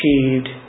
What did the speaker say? achieved